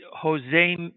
Jose